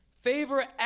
Favor